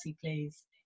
please